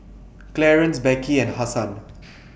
Clarance Beckie and Hasan